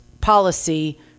policy